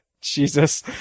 Jesus